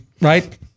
Right